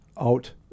out